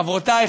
חברותי,